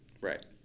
Right